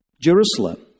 Jerusalem